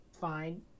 fine